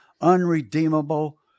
unredeemable